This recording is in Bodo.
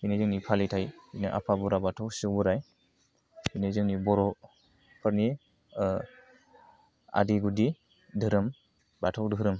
बेनो जोंनि फालिथाइ बेनो आफा बुरा बाथौ सिजौ बोराइ बेनो जोंनि बर'फोरनि आदि गुदि धोरोम बाथौ धोरोम